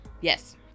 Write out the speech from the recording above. Yes